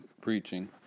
preaching